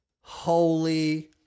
Holy